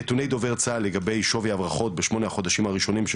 נתוני דובר צה"ל לגבי שווי הברחות: בשמונת החודשים הראשונים של